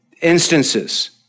instances